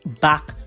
back